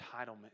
entitlement